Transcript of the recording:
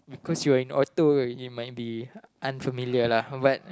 cause you are in auto you might be unfamiliar lah but